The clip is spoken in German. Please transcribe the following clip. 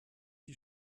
die